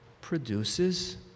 produces